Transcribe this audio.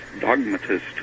dogmatist